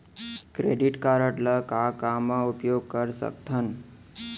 Credit card ला का का मा उपयोग कर सकथन?